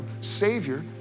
savior